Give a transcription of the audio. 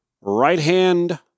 right-hand